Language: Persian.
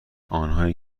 آنهایی